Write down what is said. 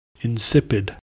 Insipid